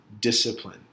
discipline